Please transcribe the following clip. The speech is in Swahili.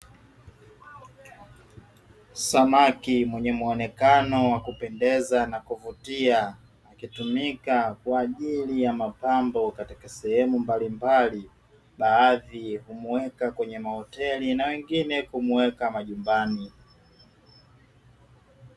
Samaki mwenye muonekano wa kupendeza na kuvutia hutumika kwa ajili ya mapambo katika sehemu mbalimbali baadhi humuweka kwenye mahoteli na wengine kumuweka majumbani.